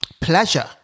Pleasure